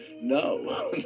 No